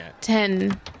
Ten